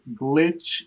glitch